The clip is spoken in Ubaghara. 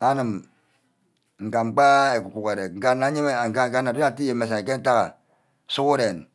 Anim ngam gba agun-gu-ora, nge ngane, nga anor atte yene mme esen ke ntack ha gughuren